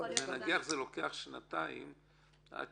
נניח זה לוקח שנתיים עד